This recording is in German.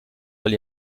weil